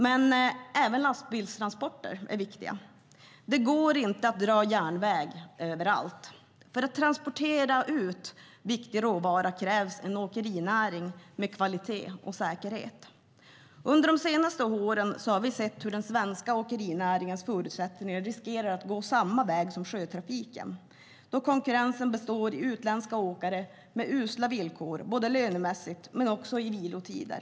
Men även lastbilstransporterna är viktiga. Det går inte att dra järnväg överallt. För att transportera ut viktig råvara krävs en åkerinäring med kvalitet och säkerhet. Under de senaste åren har vi sett hur den svenska åkerinäringen riskerar att gå samma väg som sjötrafiken då konkurrensen består av utländska åkare med usla villkor både lönemässigt och vad gäller vilotider.